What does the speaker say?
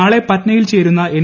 നാളെ പറ്റ്നയിൽ ചേരുന്ന എൻ